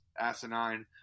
asinine